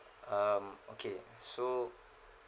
um okay so